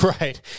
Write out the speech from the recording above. right